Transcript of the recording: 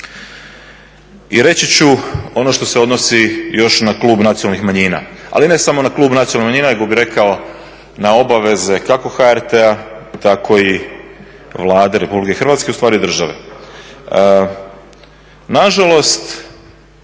I reći ću ono što se odnosi još na klub Nacionalnih manjina, ali i ne samo na klub Nacionalnih manjina nego bih rekao na obaveze kako HRT-a tako i Vlade Republike Hrvatske ustvari države. Nažalost